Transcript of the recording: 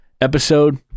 episode